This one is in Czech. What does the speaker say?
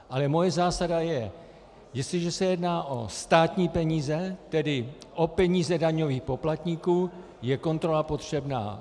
Ale moje zásada je: Jestliže se jedná o státní peníze, tedy o peníze daňových poplatníků, je kontrola potřebná.